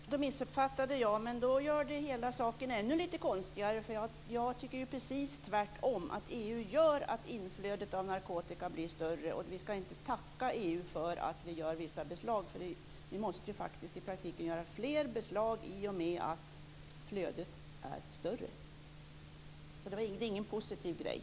Herr talman! Då missuppfattade jag. Men det gör hela saken ännu lite konstigare, för jag tycker precis tvärtom. EU gör att inflödet av narkotika blir större. Vi ska inte tacka EU för att vi gör vissa beslag, för vi måste faktiskt i praktiken göra fler beslag i och med att flödet är större. Det är ingen positiv grej.